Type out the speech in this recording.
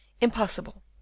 Impossible